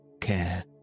care